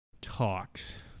Talks